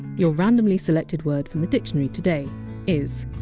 your randomly selected word from the dictionary today is!